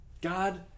God